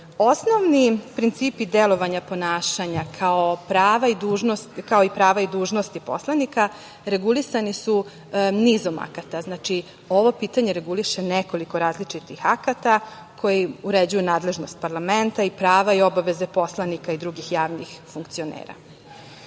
osnovni principi delovanja ponašanja kao i prava i dužnosti poslanika regulisani su nizom akata. Znači, ovo pitanje reguliše nekoliko različitih akata koji uređuju nadležnost parlamenta i prava i obaveze poslanika i drugih javnih funkcionera. Principi